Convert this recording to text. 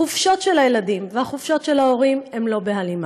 החופשות של הילדים והחופשות של ההורים הן לא בהלימה.